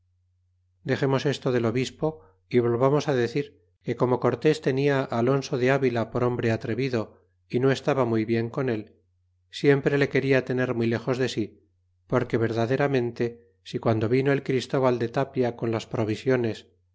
dexemos esto del obispo y volvamos á decir que como cortés tenia á alonso deavila por hombre atrevido y no estaba muy bien con él siempre le queda tener muy lejos de si porque verdaderamente si piando vino el christóbal de tapia con las provisiones